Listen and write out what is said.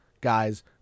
guys